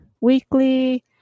weekly